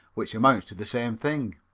which amounts to the same thing.